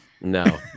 No